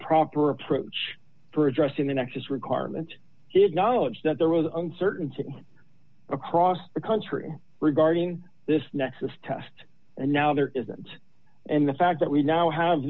proper approach for addressing the nexus requirement he acknowledged that there was uncertainty across the country regarding this nexus test and now there isn't and the fact that we now have